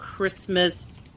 Christmas